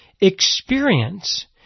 experience